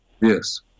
Yes